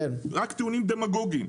רק טיעונים דמגוגיים.